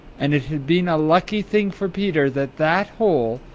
and it had been a lucky thing for peter that that hole,